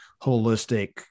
holistic